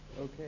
okay